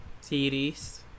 series